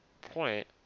point